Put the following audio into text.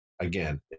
Again